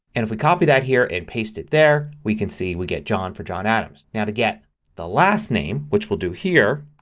and if we copy that here and paste it there we can see we get john for john adams. now to get the last name, which we'll do here,